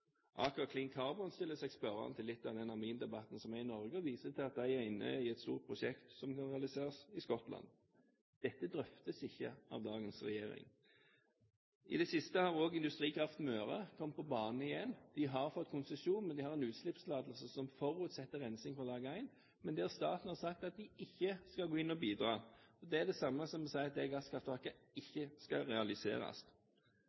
Carbon stiller seg spørrende til den amindebatten som er i Norge, og viser til at de er inne i et stort prosjekt som skal realiseres i Skottland. Dette drøftes ikke av dagens regjering. I det siste har også Industrikraft Møre kommet på banen igjen. De har fått konsesjon, men de har en utslippstillatelse som forutsetter rensing fra dag én, men staten har sagt at en ikke skal gå inn og bidra. Det er det samme som å si at det gasskraftverket